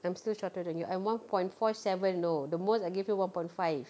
I'm still shorter than you I'm one point four seven you know the most I give you one point five